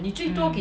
mm